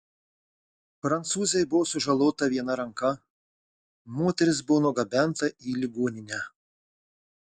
prancūzei buvo sužalota viena ranka moteris buvo nugabenta į ligoninę